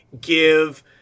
give